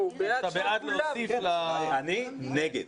אני נגד.